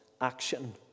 action